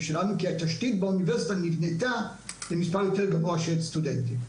שלנו כי התשתית באוניברסיטה נבנתה למספר יותר גבוה של סטודנטים.